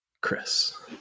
chris